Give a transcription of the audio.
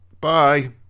bye